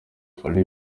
fally